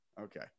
Okay